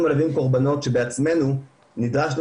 אנחנו מלווים קורבנות שבעצמינו נדרשנו